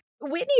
Whitney